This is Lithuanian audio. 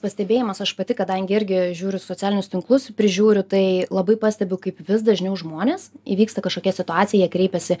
pastebėjimas aš pati kadangi irgi žiūriu socialinius tinklus prižiūriu tai labai pastebiu kaip vis dažniau žmonės įvyksta kažkokia situacija jie kreipiasi